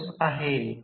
म्हणून R W s cIsc2